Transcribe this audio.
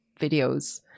videos